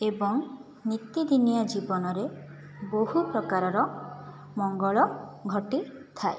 ଏବଂ ନିତିଦିନିଆ ଜୀବନରେ ବହୁ ପ୍ରକାରର ମଙ୍ଗଳ ଘଟିଥାଏ